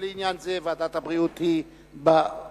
ולעניין זה ועדת הבריאות היא בראש.